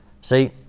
See